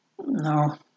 no